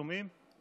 שומעים?